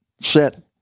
set